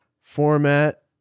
format